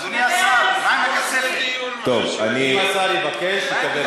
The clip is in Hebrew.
אדוני השר, אם השר יבקש, יקבל תוספת.